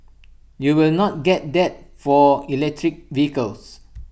you will not get that for electric vehicles